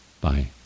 Bye